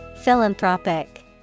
Philanthropic